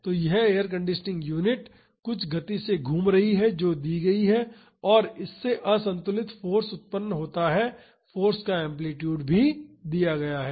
तो यह air conditioning unit कुछ गति से घूम रही है जो दी गई है और इससे असंतुलित फाॅर्स उत्पन्न होता है फाॅर्स का एम्पलीटूड भी दिया गया है